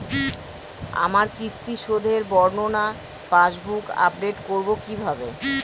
আমার কিস্তি শোধে বর্ণনা পাসবুক আপডেট করব কিভাবে?